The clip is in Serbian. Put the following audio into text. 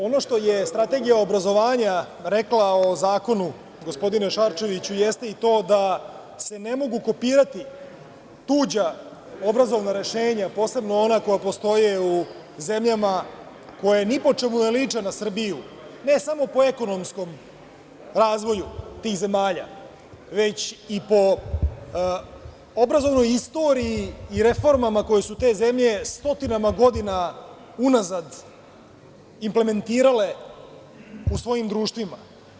Ono što je Strategija obrazovanja rekla o zakonu, gospodine Šarčeviću jeste i to da se ne mogu kopirati tuđa obrazovna rešenja, posebno ona koja postoje u zemljama koje ni po čemu ne liče na Srbiju, ne samo po ekonomskom razvoju tih zemalja, već i po obrazovnoj istoriji i reformama koje su te zemlje stotinama godina unazad implementirale u svojim društvima.